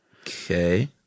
Okay